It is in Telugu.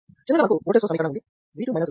చివరగా మనకు ఓల్టేజ్ సోర్స్ సమీకరణం ఉంది